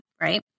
right